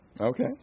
Okay